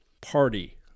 Party